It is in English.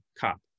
cop